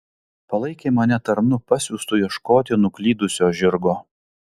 palaikė mane tarnu pasiųstu ieškoti nuklydusio žirgo